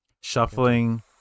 Shuffling